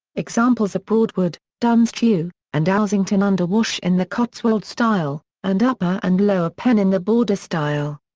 examples are broadwood, duns tew, and ousington-under-wash in the cotswold style, and upper and lower penn in the border style.